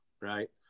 right